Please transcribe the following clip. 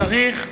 צריך לדעת,